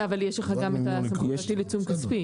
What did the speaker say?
אבל יש לך גם את הסמכות להטיל עיצום כספי.